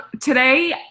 today